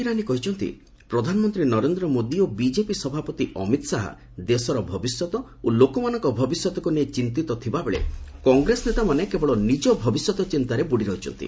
ଇରାନୀ ବିହାର କେନ୍ଦ୍ରମନ୍ତ୍ରୀ ସ୍କୃତି ଇରାନୀ କହିଛନ୍ତି ପ୍ରଧାନମନ୍ତ୍ରୀ ନରେନ୍ଦ୍ର ମୋଦି ଓ ବିଜେପି ସଭାପତି ଅମିତ ଶାହା ଦେଶର ଭବିଷ୍ୟତ ଓ ଲୋକମାନଙ୍କ ଭବିଷ୍ୟତକୁ ନେଇ ଚିନ୍ତିତ ଥିଲାବେଳେ କଂଗ୍ରେସ ନେତାମାନେ କେବଳ ନିକ ଭବିଷ୍ୟତ ଚିନ୍ତାରେ ବୁଡ଼ି ରହିଛନ୍ତି